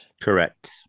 correct